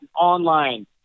online